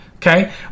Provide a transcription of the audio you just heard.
Okay